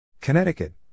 Connecticut